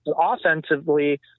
offensively